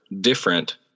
different